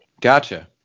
Gotcha